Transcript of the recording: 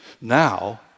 Now